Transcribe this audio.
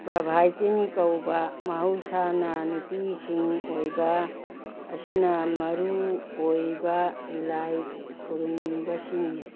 ꯄ꯭ꯔꯕꯥꯏꯇꯤꯟ ꯀꯧꯕ ꯃꯍꯧꯁꯥꯅ ꯅꯨꯄꯤꯁꯤꯡ ꯑꯣꯏꯕ ꯑꯁꯤꯅ ꯃꯔꯨꯑꯣꯏꯕ ꯂꯥꯏ ꯈꯨꯔꯨꯝꯕꯁꯤꯡꯅꯤ